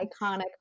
iconic